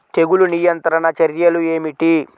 తెగులు నియంత్రణ చర్యలు ఏమిటి?